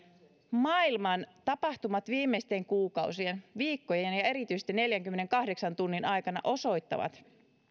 maailman tapahtuvat viimeisten kuukausien viikkojen ja erityisesti neljänkymmenenkahdeksan tunnin aikana osoittavat